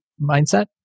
mindset